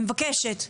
אני מבקשת.